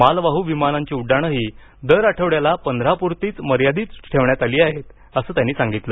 मालवाहू विमानांची उड्डाणंही दर आठवड्याला पंधरापुरतीच मर्यादित ठेवण्यात आली आहेत असं त्यांनी सांगितलं